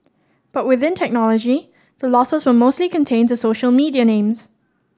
but within technology the losses were mostly contained to social media names